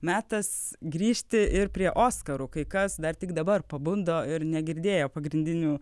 metas grįžti ir prie oskarų kai kas dar tik dabar pabundo ir negirdėjo pagrindinių